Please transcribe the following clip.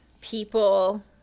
people